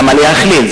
למה להכליל?